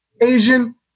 Asian